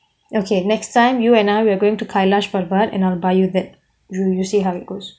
okay next time you and I we are going to kailash parbat and I'll buy you that you you see how it goes